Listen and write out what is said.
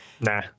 Nah